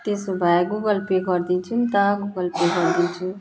त्यसो भए Google Pay गरिदिन्छु नि त गुगल पे गरिदिन्छु